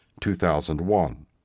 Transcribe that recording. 2001